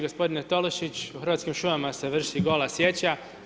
Gospodine Tolušić, u Hrvatskim šumama se vrši gola sjeća.